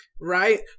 right